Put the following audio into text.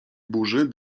burzy